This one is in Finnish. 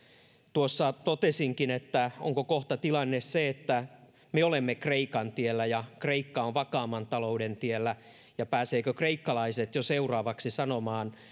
tuossa totesinkin että onko kohta tilanne se että me olemme kreikan tiellä ja kreikka on vakaamman talouden tiellä ja pääsevätkö kreikkalaiset jo seuraavaksi sanomaan